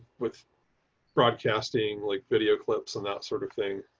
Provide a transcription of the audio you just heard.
with broadcasting like video clips and that sort of thing.